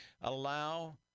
Allow